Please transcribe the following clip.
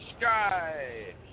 sky